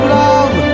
love